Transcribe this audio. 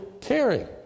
caring